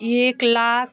एक लाख